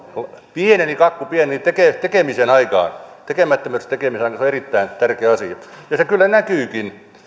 pieneni kakku pieneni tekemisen aikaan tekemättömyydestä tekemisen aikaan se on erittäin tärkeä asia ja se kyllä näkyykin